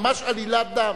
ממש עלילת דם.